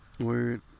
Word